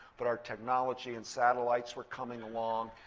but our technology and satellites were coming along,